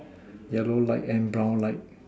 yellow light and brown light